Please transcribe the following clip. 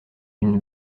une